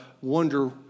wonder